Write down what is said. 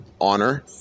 honor